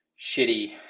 shitty